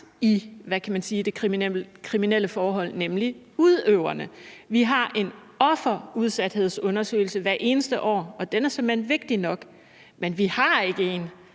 det kriminelle forhold, nemlig udøverne? Vi har en offerudsathedsundersøgelse hvert eneste år, og den er såmænd vigtig nok, men vi har ikke en,